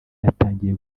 yatangiwe